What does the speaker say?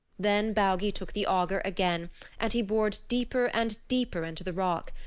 then baugi took the auger again and he bored deeper and deeper into the rock.